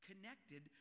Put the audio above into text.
connected